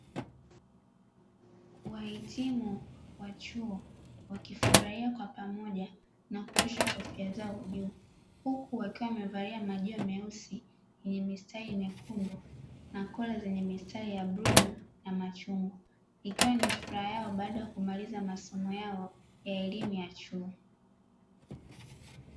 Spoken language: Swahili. Wahitimu wa chuo wakifurahia kwa pamoja na kurusha kofia zao juu, huku wakiwa wamevalia majoho meusi yenye mistari myekundu na kola zenye mistari ya bluu na machungwa. Ikiwa ni furaha yao baada ya kumaliza masomo yao ya elimu ya chuo.